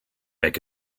make